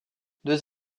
deux